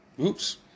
Oops